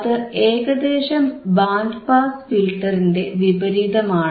അത് ഏകദേശം band pass ഫിൽറ്ററിന്റെ വിപരീതമാണ്